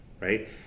right